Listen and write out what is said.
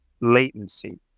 latency